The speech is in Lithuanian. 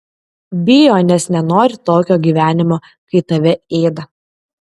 bijo nes nenori tokio gyvenimo kai tave ėda